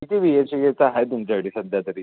किती B H केचा आहे तुमच्यासाठी सध्या तरी